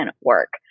work